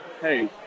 Hey